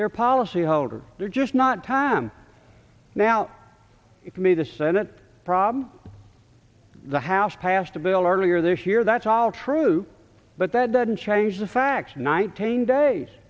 their policyholders they're just not time now if me the senate problem the house passed a bill earlier this year that's all true but that doesn't change the facts nineteen days